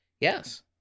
yes